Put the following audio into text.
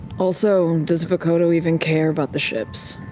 also, does vokodo even care about the ships?